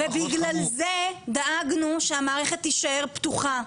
ובגלל זה דאגנו שהמערכת תישאר פתוחה.